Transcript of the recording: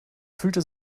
fühlte